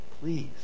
Please